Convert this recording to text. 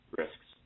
risks